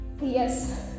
Yes